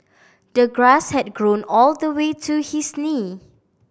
the grass had grown all the way to his knee